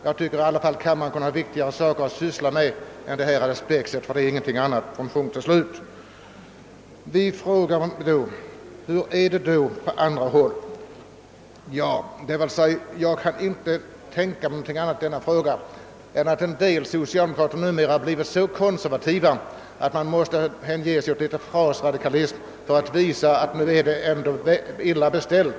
— Jag tycker i alla fall att kammaren kunde ha viktigare saker att syssla med än detta spex; det är ingenting annat, punkt och slut! Vi frågar då: Hur är det på andra håll? Ja, jag kan inte tänka mig någonting annat än att en del socialdemokrater blivit så konservativa, att de måste hänge sig åt litet frasradikalism för att riktigt visa, att det ändå är illa beställt.